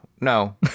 no